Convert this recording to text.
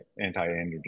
anti-androgen